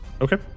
Okay